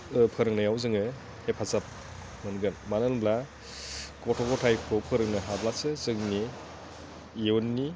फोरोंनायाव जोङो हेफाजाब मोनगोन मानो होनोब्ला गथ' गथायखौ फोरोंनो हाब्लासो जोंनि इयुननि